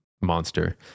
monster